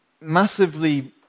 massively